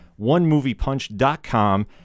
onemoviepunch.com